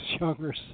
younger